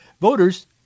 voters